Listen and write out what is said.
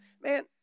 man